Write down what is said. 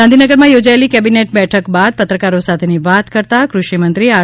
ગાંધીનગરમાં યોજાયેલી કેબિનેટ બેઠક બાદ પત્રકારો સાથે વાત કરતાં કૃષિમંત્રી આર